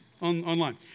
online